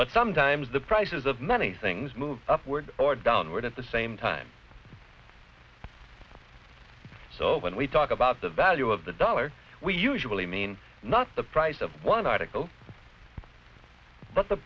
but sometimes the prices of many things move upward or downward at the same time so when we talk about the value of the dollar we usually mean not the price of one article but the